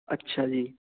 ਅੱਛਾ ਜੀ